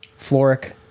Floric